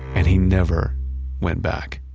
and he never went back